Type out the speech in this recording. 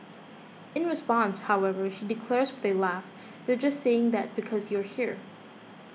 in response however she declares with a laugh they're just saying that because you're here